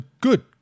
good